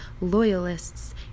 loyalists